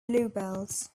bluebells